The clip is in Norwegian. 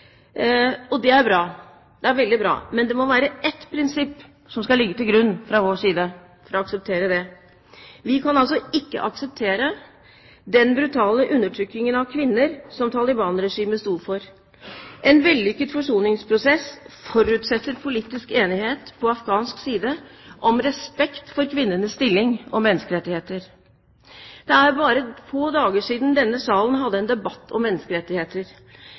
Og det er bra. Det er veldig bra. Men ett prinsipp må ligge til grunn fra vår side for å akseptere det: Vi kan ikke akseptere den brutale undertrykkingen av kvinner som Taliban-regimet sto for. En vellykket forsoningsprosess forutsetter politisk enighet på afghansk side om respekt for kvinnenes stilling og menneskerettigheter. Det er bare få dager siden denne salen hadde en debatt om menneskerettigheter.